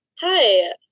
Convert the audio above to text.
Hi